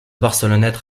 barcelonnette